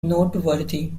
noteworthy